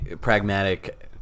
pragmatic